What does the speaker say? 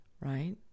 right